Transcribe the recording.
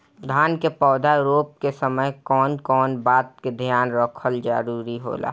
धान के पौधा रोप के समय कउन कउन बात के ध्यान रखल जरूरी होला?